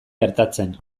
gertatzen